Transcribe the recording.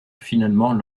finalement